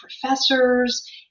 professors